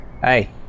Hey